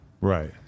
Right